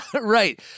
Right